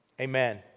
amen